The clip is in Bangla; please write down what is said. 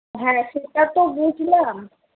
হ্যাঁ সেটা তো বুঝলাম